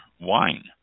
wine